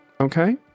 Okay